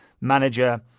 manager